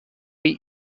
eat